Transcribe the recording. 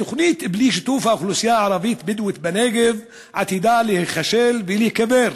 תוכנית בלי שיתוף האוכלוסייה הערבית הבדואית בנגב עתידה להיכשל ולהיקבר.